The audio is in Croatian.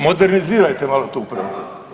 Modernizirajte malo tu upravu.